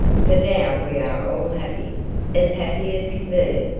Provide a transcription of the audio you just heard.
for now we are all happy as happy as can be!